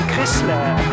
Chrysler